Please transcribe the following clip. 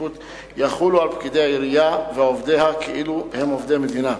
יחולו על פקידי העירייה ועובדיה כאילו הם עובדי מדינה.